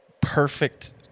perfect